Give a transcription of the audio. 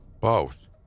Both